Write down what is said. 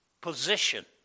position